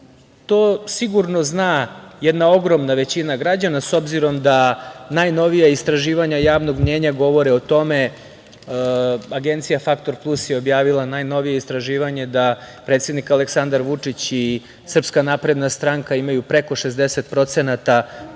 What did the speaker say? sigurno zna jedna ogromna većina građana, s obzirom da najnovija istraživanja javnog mnjenja govore o tome. Agencija „Faktor plus“ je objavila najnovije istraživanje da predsednik Aleksandar Vučić i SNS imaju preko 60% podrške